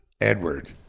Edward